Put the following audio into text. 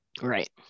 Right